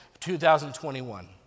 2021